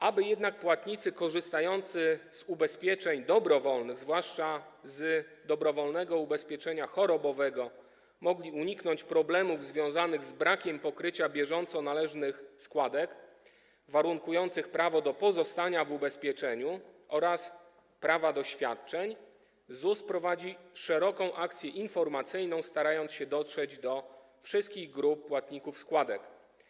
Aby jednak płatnicy korzystający z ubezpieczeń dobrowolnych, zwłaszcza z dobrowolnego ubezpieczenia chorobowego, mogli uniknąć problemów związanych z brakiem pokrycia bieżąco należnych składek, warunkujących prawo do pozostania w ubezpieczeniu oraz prawa do świadczeń, ZUS prowadzi szeroką akcję informacyjną, starając się dotrzeć do wszystkich grup płatników składek.